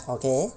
okay